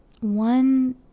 One